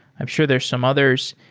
i'm sure there're some others.